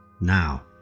now